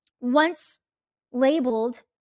once-labeled